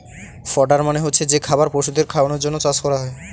fodder মানে হচ্ছে যে খাবার পশুদের খাওয়ানোর জন্য চাষ করা হয়